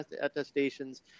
attestations